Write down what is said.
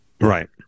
Right